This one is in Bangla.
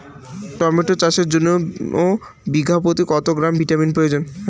টমেটো চাষের জন্য বিঘা প্রতি কত গ্রাম ভিটামিন প্রয়োজন?